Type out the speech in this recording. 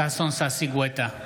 ששון ששי גואטה,